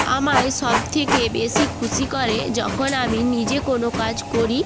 আমায় সব থেকে বেশি খুশি করে যখন আমি নিজে কোনো কাজ করি